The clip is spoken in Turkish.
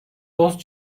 dost